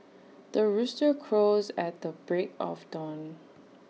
the rooster crows at the break of dawn